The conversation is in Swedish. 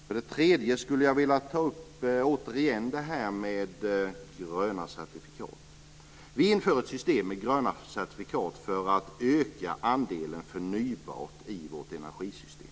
För det tredje skulle jag återigen vilja ta upp det här med gröna certifikat. Vi inför ett system med gröna certifikat för att öka andelen av det förnybara i vårt energisystem.